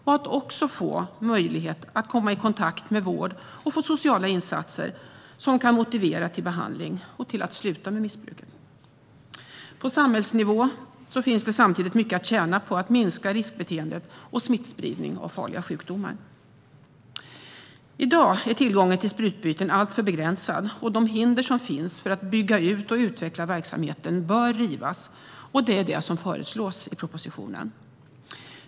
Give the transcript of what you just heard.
Det handlar också om att de ska få möjlighet att komma i kontakt med vård och sociala insatser som kan motivera till behandling och till att de slutar med missbruk. På samhällsnivå finns det samtidigt mycket att tjäna på att minska riskbeteenden och spridning av farliga sjukdomar. I dag är tillgången till sprututbyten alltför begränsad. De hinder som finns för att bygga ut och utveckla verksamheten bör rivas. Det är det som föreslås i propositionen.